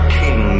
king